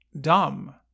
dumb